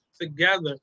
together